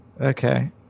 okay